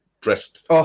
dressed